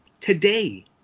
today